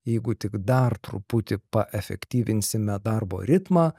jeigu tik dar truputį paefektyvinsime darbo ritmą